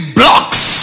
blocks